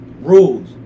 rules